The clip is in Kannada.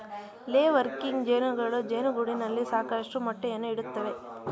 ಲೇ ವರ್ಕಿಂಗ್ ಜೇನುಗಳು ಜೇನುಗೂಡಿನಲ್ಲಿ ಸಾಕಷ್ಟು ಮೊಟ್ಟೆಯನ್ನು ಇಡುತ್ತವೆ